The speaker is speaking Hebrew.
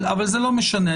אבל זה לא משנה.